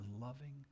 loving